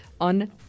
on